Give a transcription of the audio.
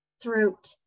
throat